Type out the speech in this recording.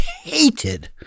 hated